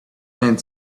end